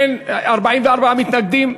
44 מתנגדים.